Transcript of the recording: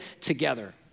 together